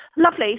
Lovely